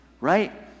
right